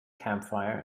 campfire